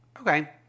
Okay